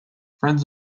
friends